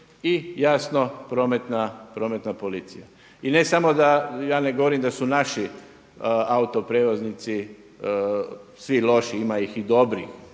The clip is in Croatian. i jasno prometna policija. I ne samo da ja ne govorim da su naši autoprijevoznici svi loši, ima ih i dobrih